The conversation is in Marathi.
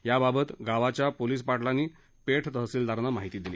या याबाबत गावाच्या पोलीस पाटीलांनी पेठ तहसीलदारांना माहिती दिली